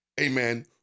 amen